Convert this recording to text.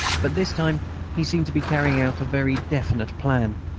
but this time he seemed to be carrying out a very definite plan.